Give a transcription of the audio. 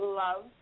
love